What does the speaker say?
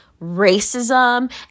racism